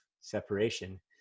separation